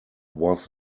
was